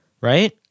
right